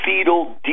fetal